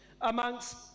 amongst